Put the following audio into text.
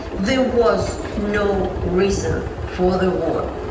there was no reason for the war.